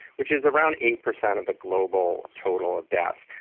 which is around eighty percent of the global total of deaths.